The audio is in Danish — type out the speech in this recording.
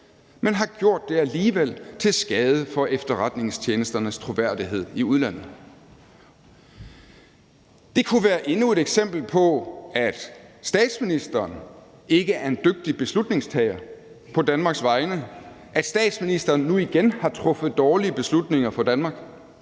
men har gjort det alligevel til skade for efterretningstjenesternes troværdighed i udlandet. Det kunne være endnu et eksempel på, at statsministeren ikke er en dygtig beslutningstager på Danmarks vegne, at statsministeren nu igen har truffet dårlige beslutninger for Danmark,